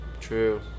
True